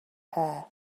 air